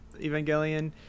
Evangelion